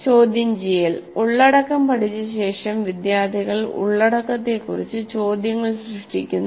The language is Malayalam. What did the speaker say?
ചോദ്യം ചെയ്യൽ ഉള്ളടക്കം പഠിച്ച ശേഷം വിദ്യാർത്ഥികൾ ഉള്ളടക്കത്തെക്കുറിച്ച് ചോദ്യങ്ങൾ സൃഷ്ടിക്കുന്നു